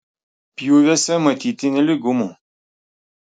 pjūviuose matyti nelygumų